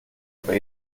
aber